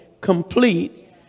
complete